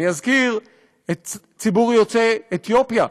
אני אזכיר את ציבור יוצאי אתיופיה.